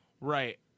right